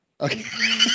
Okay